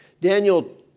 Daniel